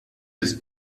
des